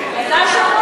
ועדת שרים